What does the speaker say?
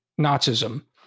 Nazism